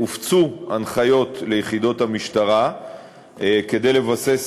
הופצו הנחיות ליחידות המשטרה כדי לבסס